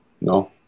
no